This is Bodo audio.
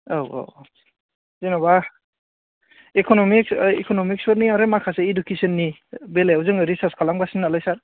औ औ औ जेन'बा इकन'मिक्स इकन'मिक्सफोरनि ओमफ्राय माखासे इदुकेसननि बेलायाव जोङो रिसार्स खालामगासिनो नालाय सार